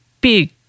big